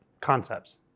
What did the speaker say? concepts